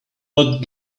not